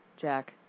Jack